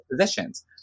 positions